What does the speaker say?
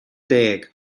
deg